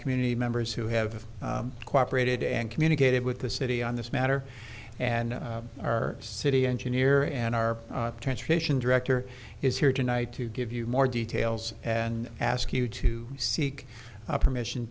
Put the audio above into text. community members who have cooperated and communicated with the city on this matter and our city engineer and our transportation director is here tonight to give you more details and ask you to seek permission